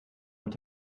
und